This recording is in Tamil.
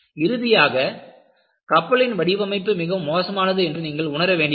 இறுதியாக கப்பலின் வடிவமைப்பு மிகவும் மோசமானது என்று நீங்கள் உணர வேண்டியதில்லை